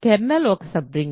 kernel ఒక సబ్ రింగా